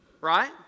right